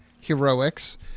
heroics